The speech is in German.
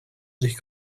sich